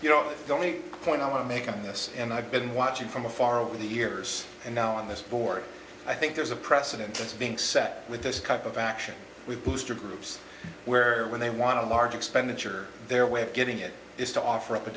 you know the only point i want to make on this and i've been watching from afar over the years and now on this board i think there's a precedent that's being set with this kind of action we boost are groups where when they want a large expenditure their way of getting it is to offer up a